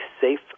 safe